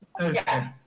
Okay